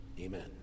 Amen